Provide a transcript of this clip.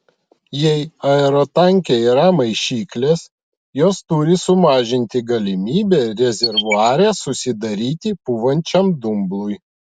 jei aerotanke yra maišyklės jos turi sumažinti galimybę rezervuare susidaryti pūvančiam dumblui